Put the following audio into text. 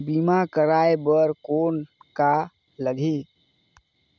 बीमा कराय बर कौन का लगही?